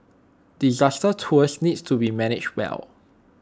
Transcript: disaster tours need to be managed well